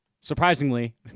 Surprisingly